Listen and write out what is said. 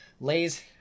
lays